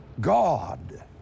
God